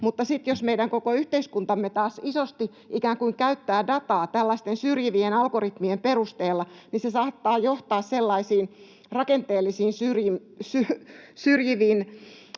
sitten, jos meidän koko yhteiskuntamme taas isosti käyttää dataa tällaisten syrjivien algoritmien perusteella, niin se saattaa johtaa sellaisiin rakenteellisiin syrjiviin